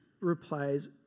replies